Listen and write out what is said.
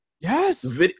Yes